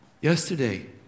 yesterday